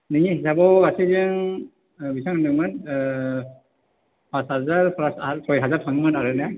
नोंनि हिसाबाव गासैजों बिसिबां होन्दोंमोन पास हाजार प्लास आरो सय हाजार थांगौमोन आरो ना